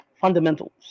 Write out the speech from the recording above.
fundamentals